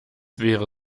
wäre